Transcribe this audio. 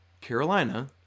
Carolina